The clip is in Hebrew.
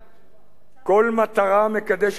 כל מטרה מקדשת את האמצעים?